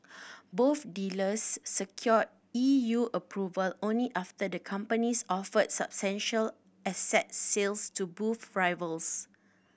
both deals secured E U approval only after the companies offered substantial asset sales to boost rivals